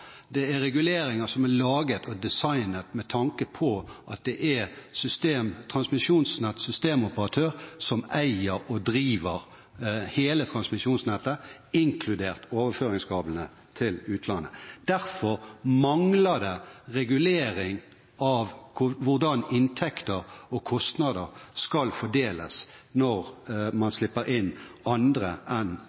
det er reguleringer som er laget og designet med tanke på at det er transmisjonsnettets systemoperatør som eier og driver hele transmisjonsnettet, inkludert overføringskravene til utlandet. Derfor mangler det regulering av hvordan inntekter og kostnader skal fordeles når man slipper inn andre enn